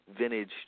vintage